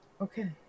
okay